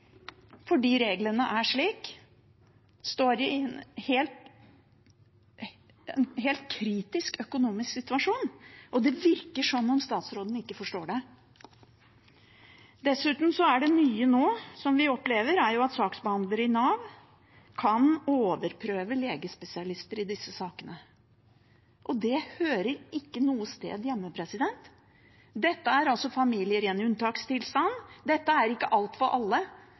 fordi reglene er slik – står i en helt kritisk økonomisk situasjon. Det virker som om statsråden ikke forstår det. Dessuten er det nye som vi opplever nå, at saksbehandlere i Nav kan overprøve legespesialister i disse sakene. Det hører ikke noe sted hjemme. Dette er familier i en unntakstilstand. Dette er ikke alt for alle